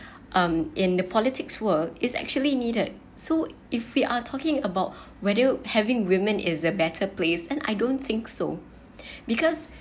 um in the politics world is actually needed so if we are talking about whether having women is a better place and I don't think so because